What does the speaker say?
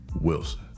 Wilson